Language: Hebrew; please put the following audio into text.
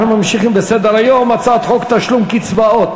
אנחנו ממשיכים בסדר-היום: הצעת חוק תשלום קצבאות